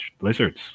lizards